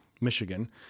Michigan